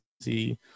see